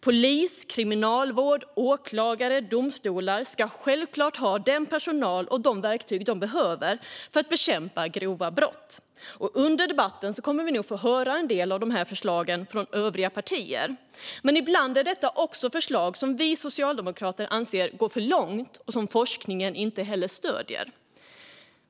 Polis, kriminalvård, åklagare och domstolar ska självklart ha den personal och de verktyg de behöver för att bekämpa grova brott. Under debatten kommer vi nog att få höra en del av dessa förslag från övriga partier. Men ibland är det förslag som vi socialdemokrater anser går för långt och som forskningen inte heller stöder.